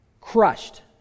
crushed